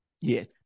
Yes